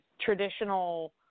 traditional